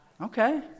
Okay